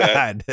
God